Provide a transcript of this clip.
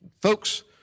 Folks